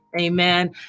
Amen